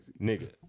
nigga